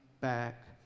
back